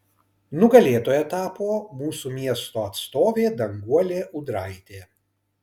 nugalėtoja tapo mūsų miesto atstovė danguolė ūdraitė